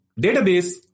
Database